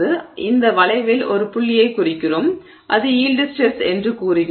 எனவே இந்த வளைவில் ஒரு புள்ளியைக் குறிக்கிறோம் அது யீல்டு ஸ்ட்ரெஸ் என்று கூறுகிறோம்